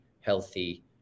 healthy